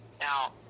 Now